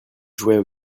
jouaient